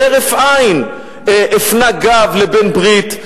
בהרף עין הפנה גב לבעל-ברית,